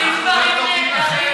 עושים דברים נהדרים.